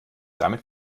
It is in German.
damit